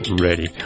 ready